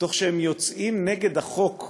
תוך שהם יוצאים נגד החוק,